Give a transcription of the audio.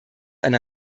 eine